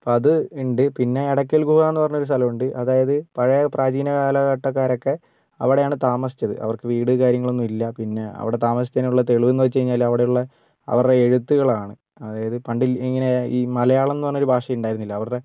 അപ്പോൾ അത് ഉണ്ട് പിന്നെ എടക്കൽ ഗുഹാന്നു പറഞ്ഞൊരു സ്ഥലം ഉണ്ട് അതായത് പഴയ പ്രാചീന കാലഘട്ടക്കാരൊക്കെ അവിടെയാണ് താമസിച്ചത് അവർക്കു വീട് കാര്യങ്ങളൊന്നും ഇല്ല പിന്നെ അവിടെ താമസിച്ചതിന് ഉള്ള തെളിവ് എന്നു വച്ചു കഴിഞ്ഞാൽ അവിടെയുള്ള അവരുടെ എഴുത്തുകളാണ് അതായത് പണ്ട് ഇങ്ങനെ ഈ മലയാളം എന്നു പറഞ്ഞൊരു ഭാഷ ഉണ്ടായിരുന്നില്ല അവരുടെ